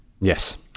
Yes